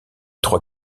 trois